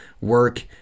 Work